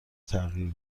تغییر